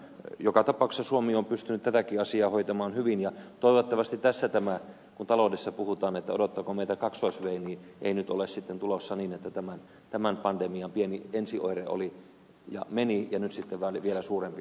joka tapauksessa suomi on pystynyt tätäkin asiaa hoitamaan hyvin ja toivottavasti kun taloudessa puhutaan siitä odottaako meitä w ei nyt ole sitten tulossa niin että tämän pandemian pieni ensioire oli ja meni ja nyt sitten vielä suurempi on tulossa